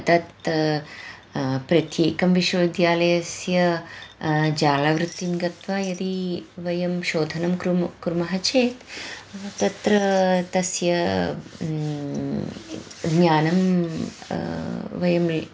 तत् प्रत्येकं विश्वविद्यालयस्य जालावृत्तिं गत्वा यदि वयं शोधनं कृम कुर्मः चेत् तत्र तस्य ज्ञानं वयम्